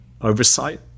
oversight